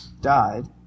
died